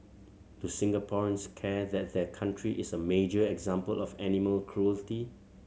do Singaporeans care that their country is a major example of animal cruelty